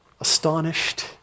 astonished